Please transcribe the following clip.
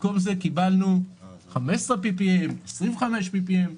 קיבלנו ppm15 - ppm25.